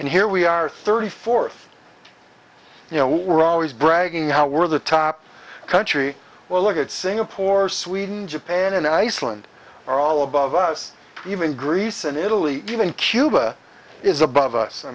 and here we are thirty fourth you know we're always bragging how we're the top country well look at singapore sweden japan and iceland are all above us even greece and italy even cuba is above